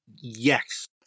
yes